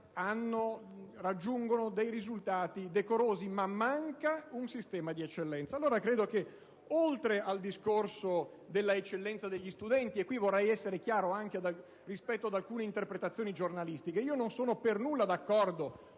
raggiungono dei risultati decorosi, ma manca un sistema di eccellenza. Per quanto riguarda l'eccellenza degli studenti, vorrei essere chiaro anche rispetto ad alcune interpretazioni giornalistiche: non sono per nulla d'accordo